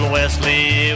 Wesley